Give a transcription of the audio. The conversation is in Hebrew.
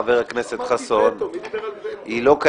חבר הכנסת חסון -- לא אמרתי וטו,